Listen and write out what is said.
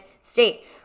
state